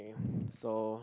so